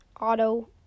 auto